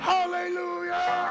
Hallelujah